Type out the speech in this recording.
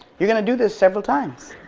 you're going to do this several times.